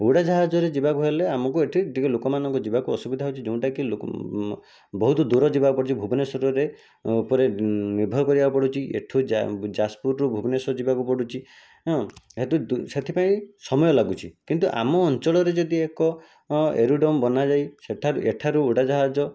ଉଡ଼ାଜାହାଜରେ ଯିବାକୁ ହେଲେ ଆମକୁ ଏଠି ଟିକିଏ ଲୋକମାନଙ୍କୁ ଯିବାକୁ ଅସୁବିଧା ହେଉଛି ଯେଉଁଟାକି ଲୋକ ବହୁତ ଦୂର ଯିବାକୁ ପଡ଼ୁଛି ଭୁବନେଶ୍ୱରରେ ଉପରେ ନିର୍ଭର କରିବାକୁ ପଡ଼ୁଛି ଏଠୁ ଯାଜପୁରଠୁ ଭୁବନେଶ୍ୱର ଯିବାକୁ ପଡ଼ୁଛି ହଁ ସେଠୁ ସେଥିପାଇଁ ସମୟ ଲାଗୁଛି କିନ୍ତୁ ଆମ ଅଞ୍ଚଳରେ ଯଦି ଏକ ଏରୋଡ୍ରମ୍ ବନାଯାଇ ସେଠାରୁ ଏଠାରୁ ଉଡ଼ାଜାହାଜ